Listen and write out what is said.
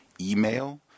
email